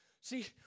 See